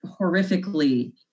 horrifically